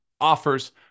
offers